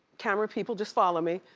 camera people, just follow me,